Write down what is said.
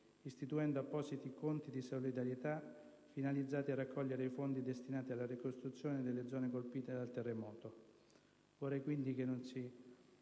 istituendo appositi conti di solidarietà finalizzati a raccogliere i fondi destinati alla ricostruzione delle zone colpite dal terremoto. È stato detto che,